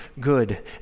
good